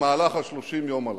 במהלך 30 היום הללו.